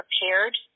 prepared